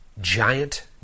Giant